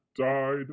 died